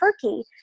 turkey